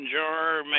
jar